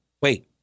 Wait